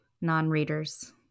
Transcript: non-readers